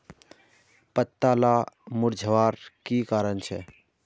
पत्ताला मुरझ्वार की कारण छे?